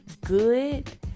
good